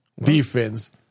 defense